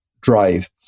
drive